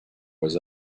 was